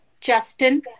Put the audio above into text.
Justin